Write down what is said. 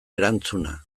erantzuna